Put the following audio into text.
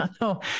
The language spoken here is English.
No